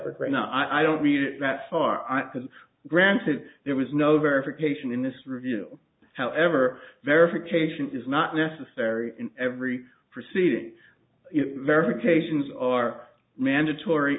separate right now i don't read it that far because granted there was no verification in this review however verification is not necessary in every proceeding verifications are mandatory